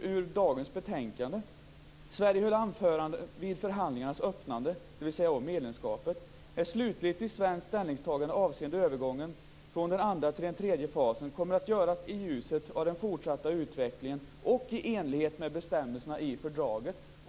I dagens betänkande står det angående Sveriges anförande vid förhandlingarnas öppnande - dvs. om medlemskapet: "Ett slutligt svenskt ställningstagande avseende övergången från den andra till den tredje fasen kommer att göras i ljuset av den fortsatta utvecklingen och i enlighet med bestämmelserna i fördraget."